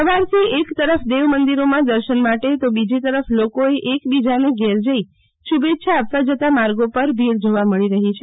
સવારથી એકતરફ દેવમંદિરોમા દર્શન માટે તો બીજી તરફ લોકોએ એક બીજાને ઘેર જઈ શુભેચ્છા આપવા જતાં માર્ગો પર ભીડ જોવા મળી રહી છે